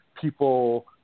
people